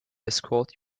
escort